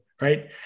right